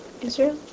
Israel